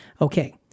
Okay